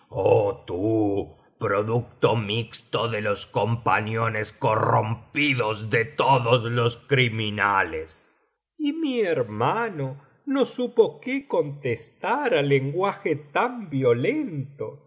producto mixto de los compañones corrompidos de todos los criminales y mi hermano no supo quó contestar á lenguaje tan violento